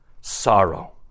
sorrow